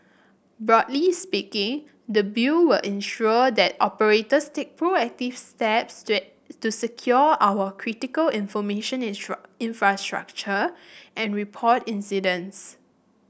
broadly speaking the bill will ensure that operators take proactive steps to at to secure our critical information infrastructure and report incidents